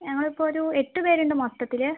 ഞങ്ങളിപ്പം ഒരു എട്ടു പേരുണ്ട് മൊത്തത്തിൽ